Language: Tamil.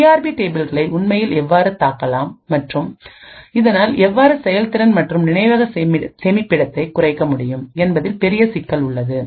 சிஆர்பிடேபிள்களைஉண்மையில் எவ்வாறு தாக்கலாம் மற்றும் இதனால் எவ்வாறு செயல்திறன் மற்றும் நினைவக சேமிப்பிடத்தை குறைக்க முடியும் என்பதில் பெரிய சிக்கல் உள்ளது